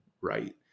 right